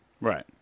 Right